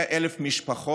והדבר הזה הביא אל בית המשפט.